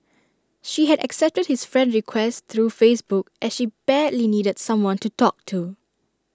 she had accepted his friend request through Facebook as she badly needed someone to talk to